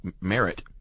merit